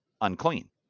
unclean